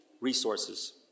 resources